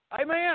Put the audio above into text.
Amen